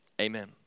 Amen